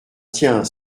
tiens